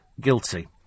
guilty